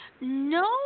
No